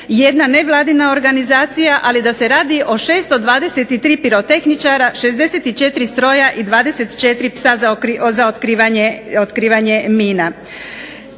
jedna nevladina organizacija ali da se radi o 623 pirotehničara, 64 stroja i 24 psa za otkrivanje mina.